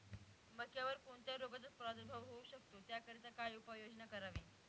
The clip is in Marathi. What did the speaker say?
मक्यावर कोणत्या रोगाचा प्रादुर्भाव होऊ शकतो? त्याकरिता काय उपाययोजना करावी?